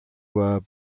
were